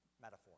metaphor